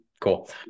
cool